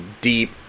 deep